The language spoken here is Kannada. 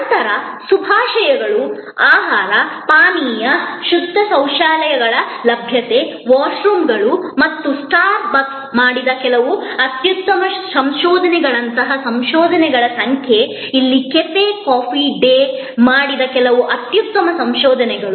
ನಂತರ ಶುಭಾಶಯಗಳು ಆಹಾರ ಪಾನೀಯ ಶುದ್ಧ ಶೌಚಾಲಯಗಳ ಲಭ್ಯತೆ ವಾಶ್ರೂಮ್ಗಳು ಮತ್ತು ಸ್ಟಾರ್ಬಕ್ಸ್ ಮಾಡಿದ ಕೆಲವು ಅತ್ಯುತ್ತಮ ಸಂಶೋಧನೆಗಳಂತಹ ಸಂಶೋಧನೆಗಳ ಸಂಖ್ಯೆ ಇಲ್ಲಿ ಕೆಫೆ ಕಾಫಿ ಡೇ ಮಾಡಿದ ಕೆಲವು ಅತ್ಯುತ್ತಮ ಸಂಶೋಧನೆಗಳು